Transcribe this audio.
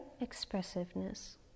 expressiveness